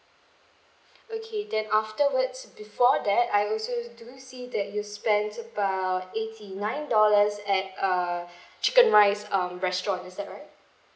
okay then afterwards before that I also do see that you spent about eighty nine dollars at a chicken rice um restaurant is that right